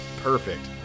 perfect